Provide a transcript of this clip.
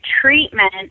treatment